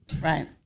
Right